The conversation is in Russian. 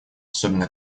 особенно